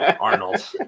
Arnold